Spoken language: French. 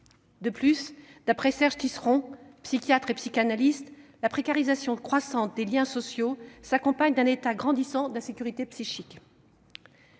En outre, d'après Serge Tisseron, psychiatre et psychanalyste, la précarisation croissante des liens sociaux, s'accompagne d'un état grandissant d'insécurité psychique.